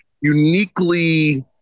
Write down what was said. uniquely